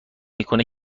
میکنه